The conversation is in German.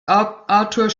arthur